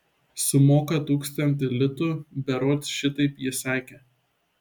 sumoka tūkstantį litų berods šitaip ji sakė